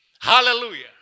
Hallelujah